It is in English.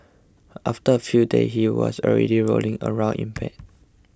after a few days he was already rolling around in bed